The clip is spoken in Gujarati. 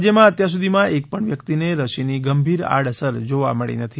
રાજ્યમાં અત્યારસુધીમાં એકપણ વ્યક્તિને રસીની ગંભીર આડઅસર જોવા મળી નથી